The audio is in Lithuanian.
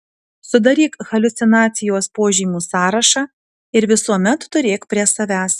sudaryk haliucinacijos požymių sąrašą ir visuomet turėk prie savęs